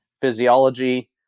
physiology